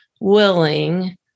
willing